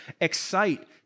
excite